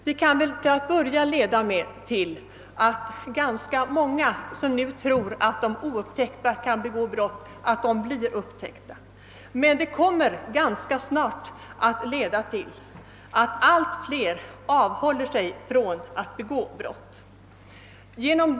Den kan till att börja med leda till att många, som nu tror att de oupptäckta kan begå brott, förstår att de kommer att bli upptäckta, om de gör det. Det kommer ganska snart att leda till att allt fler avhåller sig från att begå brottsliga handlingar.